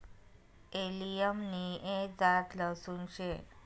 allium नि एक जात लहसून शे